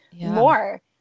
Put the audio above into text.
more